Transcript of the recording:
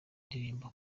ndirimbo